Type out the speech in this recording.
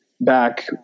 back